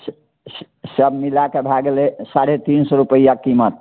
सभ मिलाके भए गेलै साढ़े तीन सए रुपैआ कीमत